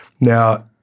Now